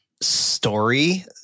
story